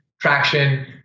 traction